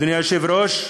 אדוני היושב-ראש,